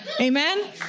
Amen